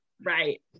Right